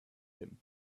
him